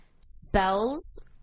spells